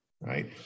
right